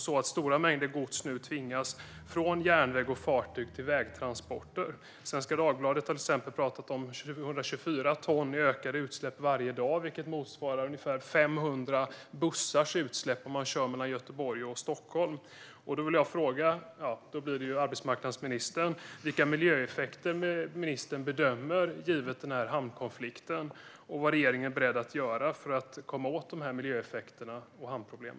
Stora mängder gods tvingas bort från järnväg och fartyg till vägtransporter. Svenska Dagbladet talar om 124 ton i ökade utsläpp varje dag, vilket motsvarar utsläppen från ungefär 500 bussar som kör mellan Göteborg och Stockholm. Jag vill fråga arbetsmarknadsministern vilka miljöeffekter ministern bedömer att denna hamnkonflikt får och vad regeringen är beredd att göra för att komma åt dessa miljöeffekter och hamnproblem.